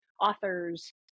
authors